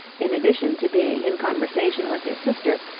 in addition to being in conversation with his sister,